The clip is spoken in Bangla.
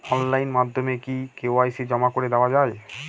অনলাইন মাধ্যমে কি কে.ওয়াই.সি জমা করে দেওয়া য়ায়?